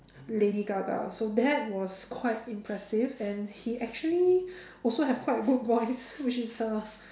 lady-gaga so that was quite impressive and he actually also have quite a good voice which is a